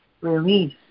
release